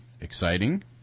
exciting